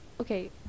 Okay